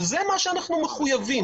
שזה מה שאנחנו מחויבים,